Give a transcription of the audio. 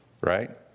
right